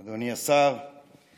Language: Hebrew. ובית ספר עד כיתה ט'.